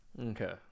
Okay